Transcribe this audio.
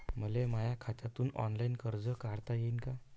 मले माया खात्यातून ऑनलाईन कर्ज काढता येईन का?